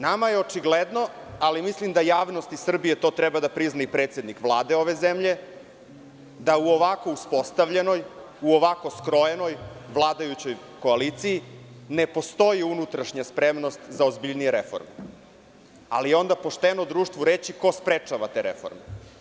Nama je očigledno, ali mislim da javnost i Srbija to treba da prizna i predsednik Vlade ove zemlje, da u ovako uspostavljenoj, u ovako skrojenoj vladajućoj koaliciji, ne postoji unutrašnja spremnost za ozbiljnije reforme, ali onda pošteno društvu reći ko sprečava te reforme.